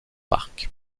parc